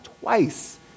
twice